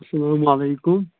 اَسَلامُ علیکُم